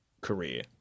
career